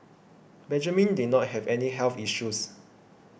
Benjamin did not have any health issues